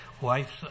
wife